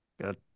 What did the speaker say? good